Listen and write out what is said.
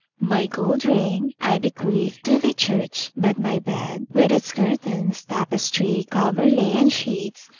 my gold ring i bequeath to the church but my bed, with its curtains, tapestry, coverlet, and sheets,